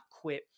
quit